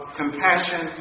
compassion